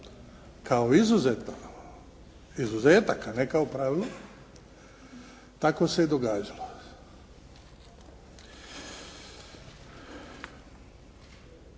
izuzetak, a ne kao pravilo. Tako se i događalo.